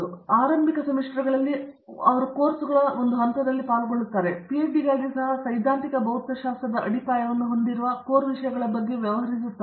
ಆದ್ದರಿಂದ ಆರಂಭಿಕ ಸೆಮಿಸ್ಟರ್ಗಳಲ್ಲಿ ಅವರು ಈ ಕೋರ್ಸುಗಳ ಒಂದು ಹಂತದಲ್ಲಿ ಪಾಲ್ಗೊಳ್ಳುತ್ತಾರೆ ಪಿಎಚ್ಡಿಗಾಗಿ ಸಹ ಸೈದ್ಧಾಂತಿಕ ಭೌತಶಾಸ್ತ್ರದ ಅಡಿಪಾಯವನ್ನು ಹೊಂದಿರುವ ಈ ಕೋರ್ ವಿಷಯಗಳ ಬಗ್ಗೆ ವ್ಯವಹರಿಸುತ್ತಾರೆ